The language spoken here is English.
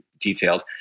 detailed